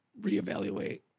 reevaluate